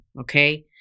okay